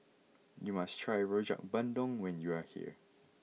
you must try Rojak Bandung when you are here